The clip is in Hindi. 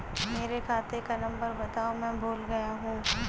मेरे खाते का नंबर बताओ मैं भूल गया हूं